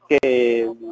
que